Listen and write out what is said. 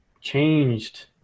changed